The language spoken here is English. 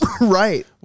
right